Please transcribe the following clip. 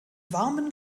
warmen